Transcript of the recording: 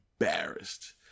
embarrassed